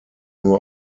nur